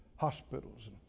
hospitals